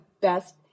best